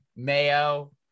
mayo